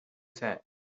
said